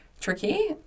tricky